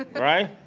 right.